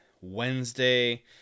Wednesday